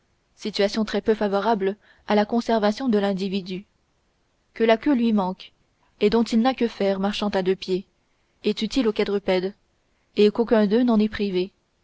situation très peu favorable à la conservation de l'individu que la queue qui lui manque et dont il n'a que faire marchant à deux pieds est utile aux quadrupèdes et qu'aucun d'eux n'en est privé